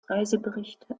reiseberichte